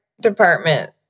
department